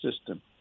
system